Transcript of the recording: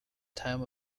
time